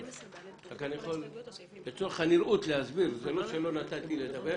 אני רק מסביר לצורך הנראות שזה לא שלא נתתי לדבר,